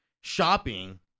shopping